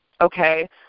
okay